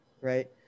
right